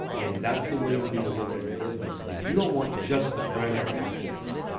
and that's the way you need to look at your lifting because you don't want just the primary actors.